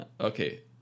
Okay